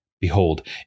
Behold